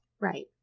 Right